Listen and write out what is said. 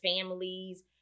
families